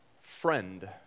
Friend